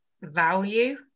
value